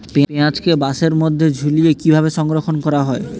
পেঁয়াজকে বাসের মধ্যে ঝুলিয়ে কিভাবে সংরক্ষণ করা হয়?